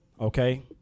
Okay